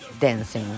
dancing